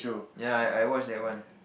ya I I watch that one